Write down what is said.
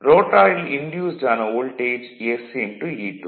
ரோட்டாரில் induced ஆன voltage sE2